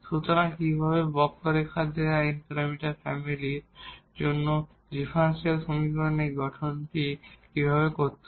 সুতরাং কিভাবে কার্ভ দেওয়া n প্যারামিটার ফ্যামিলিের জন্য ডিফারেনশিয়াল সমীকরণের এই গঠনটি কিভাবে করতে হয়